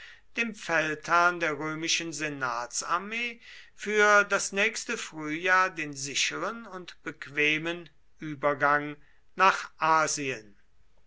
dem feldherrn der römischen senatsarmee für das nächste frühjahr den sicheren und bequemen übergang nach asien